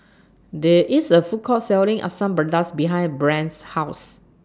There IS A Food Court Selling Asam Pedas behind Brant's House